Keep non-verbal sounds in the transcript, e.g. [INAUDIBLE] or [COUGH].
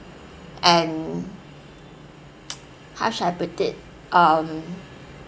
and [NOISE] how should I put it um